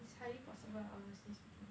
its highly possible lah honestly speaking